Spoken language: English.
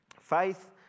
Faith